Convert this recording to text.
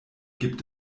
gibt